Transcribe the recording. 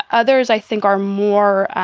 others, i think, are more